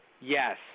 Yes